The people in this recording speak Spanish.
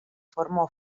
formó